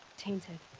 tainted?